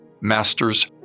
Masters